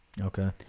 okay